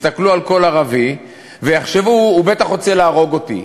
יסתכלו על כל ערבי ויחשבו: הוא בטח רוצה להרוג אותי.